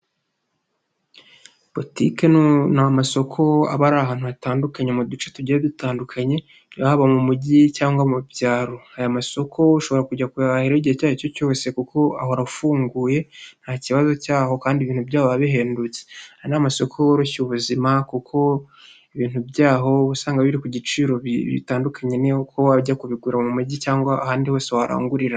Botike ni amasoko aba ari ahantu hatandukanye mu duce tugiye dutandukanye yaba mu mujyi cyangwa mu byaro, aya masoko ushobora kujya kuyahahiraho igihe icyo ari cyo cyose kuko ahora afunguye nta kibazo cyaho kandi ibintu by'aho biba bihendutse, hari n'amasosoko yoroshya ubuzima kuko ibintu by'aho uba usanga biri ku giciro bitandukanye n'uko wajya kubigura mu mujyi cyangwa ahandi hose warangurira.